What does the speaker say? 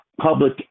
public